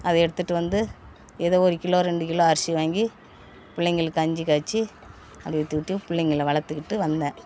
அது எடுத்துட்டு வந்து ஏதோ ஒரு கிலோ ரெண்டு கிலோ அரிசி வாங்கி பிள்ளைங்களுக்கு கஞ்சி காய்ச்சு அப்படே ஊத்திவிட்டு பிள்ளைங்களை வளர்த்துக்கிட்டு வந்தேன்